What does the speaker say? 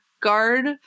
guard